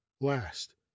last